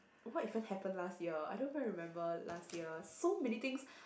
what event happened last year I don't quite remember last year so many things